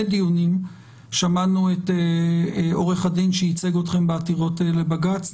דיונים שמענו את עורך הדין שייצג אתכם בעתירות לבג"צ.